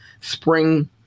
spring